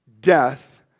death